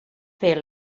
fer